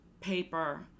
paper